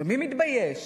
ומי מתבייש?